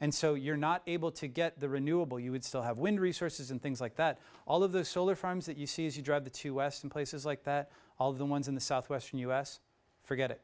and so you're not able to get the renewable you would still have wind resources and things like that all of the solar farms that you see as you drive the two west in places like that all the ones in the southwestern us forget it